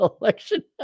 election